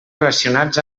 relacionats